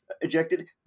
ejected